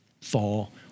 fall